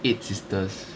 eight sisters